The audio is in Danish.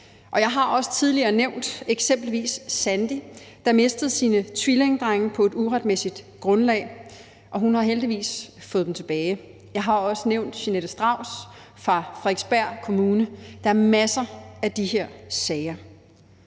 jeg har også tidligere nævnt eksempelvis Sandy, der mistede sine tvillingedrenge på et uretmæssigt grundlag; hun har heldigvis fået dem tilbage. Jeg har også nævnt Jeanette Strauss fra Frederiksberg Kommune. Der er masser af de her sager.